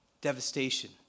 devastation